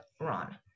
Ron